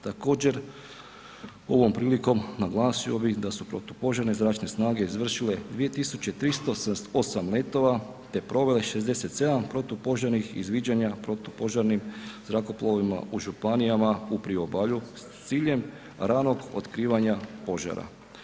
Također, ovom prilikom naglasio bih da su protupožarne zračne snage izvršile 2378 letova te provele 67 protupožarnih izviđanja protupožarnim zrakoplovima u županijama u priobalju s ciljem ranog otkrivanja požara.